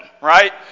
Right